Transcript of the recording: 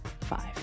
five